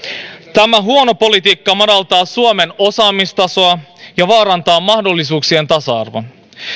tämä huono politiikka madaltaa suomen osaamistasoa ja vaarantaa mahdollisuuksien tasa arvon